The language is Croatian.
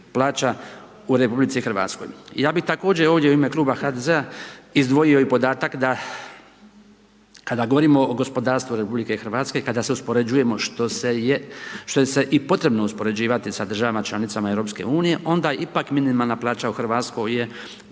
plaća u RH. Ja bi također ovdje u ime Kluba HDZ-a izdvojio i podatak, da kada govorimo o gospodarstvu RH, kada se uspoređujemo što je sve potrebno uspoređivati sa država članica EU, onda ipak minimalna plaća u Hrvatskoj je